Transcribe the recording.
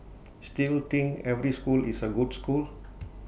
still think every school is A good school